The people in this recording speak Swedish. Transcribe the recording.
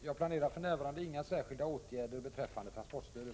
Jag planerar för närvarande inga särskilda åtgärder beträffande transportstödet.